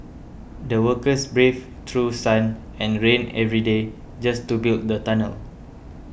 the workers braved through sun and rain every day just to build the tunnel